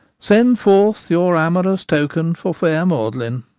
send forth your amorous token for fair maudlin.